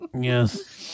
Yes